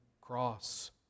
cross